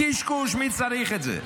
קשקוש, מי צריך את זה?